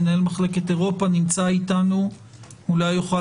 מנהל מחלקת אירופה נמצא אתנו ואולי הוא יוכל